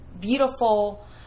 beautiful